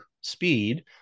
speed